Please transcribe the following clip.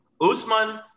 Usman